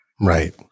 right